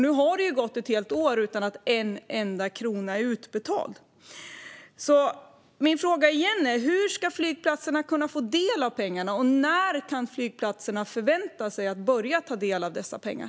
Nu har det gått ett helt år utan att en enda krona är utbetald. Jag frågar därför återigen: Hur ska flygplatserna kunna få del av pengarna? Och när kan flygplatserna förvänta sig att kunna börja ta del av dessa pengar?